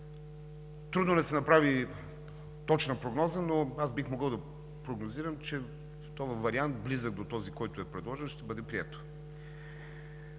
Трудно е да се направи точна прогноза, но бих могъл да прогнозирам, че то във вариант, близък до този, който е предложен, ще бъде прието.